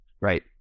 Right